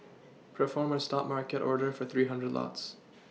perform a stop market order for three hundred lots